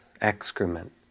excrement